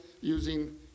using